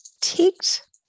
ticked